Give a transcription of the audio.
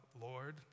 Lord